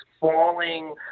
falling